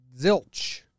Zilch